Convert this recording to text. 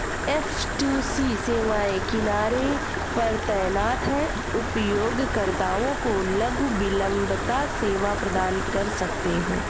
F two C सेवाएं किनारे पर तैनात हैं, उपयोगकर्ताओं को लघु विलंबता सेवा प्रदान कर सकते हैं